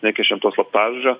nekeičiam to slaptažodžio